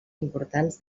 importants